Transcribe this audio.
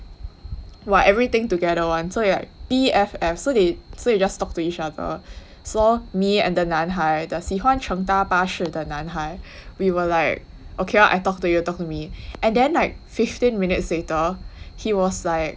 !wah! everything together [one] so like B_F_F so they so they just talk to each other so me and the 男孩 the 喜欢乘搭巴士的男孩 we were like okay lor I talk to you you talk to me and then like fifteen minutes later he was like